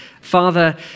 Father